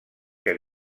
que